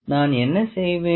நான் என்ன செய்வேன்